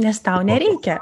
nes tau nereikia